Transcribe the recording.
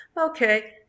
okay